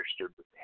understood